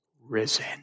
risen